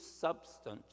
substance